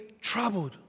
troubled